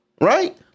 Right